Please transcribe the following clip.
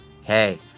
Hey